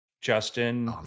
Justin